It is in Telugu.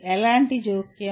ఎలాంటి జోక్యం